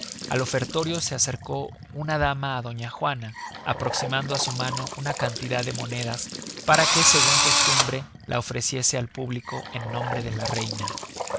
al ofertorio se acercó una dama á doña juana aproximando á su mano una cantidad de monedas para que segun costumbre la ofreciese al público en nombre de la reina